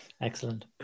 Excellent